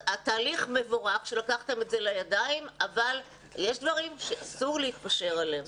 מבורך שלקחתם את זה לידיים אבל יש דברים שאסור להתפשר עליהם.